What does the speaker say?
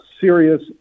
serious